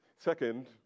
Second